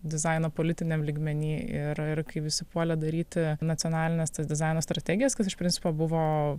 dizaino politiniam lygmeny ir ir kai visi puolė daryti nacionalines tas dizaino strategijas kas iš principo buvo